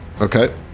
Okay